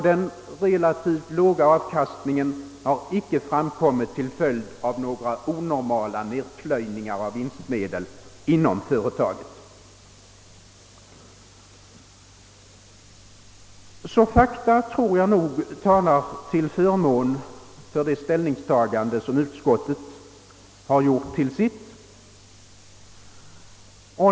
Den relativt låga avkastningen är icke en följd av några onormala nedplöjningar av vinstmedel inom företaget. Fakta tror jag nog talar till förmån för det ställningstagande som utskottet har gjort till sitt.